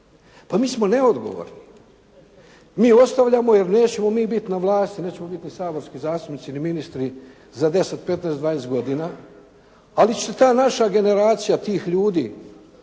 Pa mi smo neodgovorni. Mi ostavljamo jer nećemo mi biti na vlasti, nećemo biti ni saborski zastupnici ni ministri za 10, 15, 20 godina. Ali će ta naša generacija tih ljudi